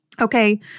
Okay